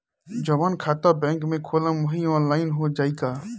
जवन खाता बैंक में खोलम वही आनलाइन हो जाई का?